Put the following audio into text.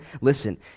Listen